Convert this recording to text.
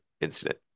incident